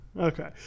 Okay